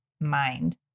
mind